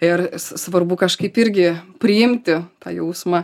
ir s svarbu kažkaip irgi priimti tą jausmą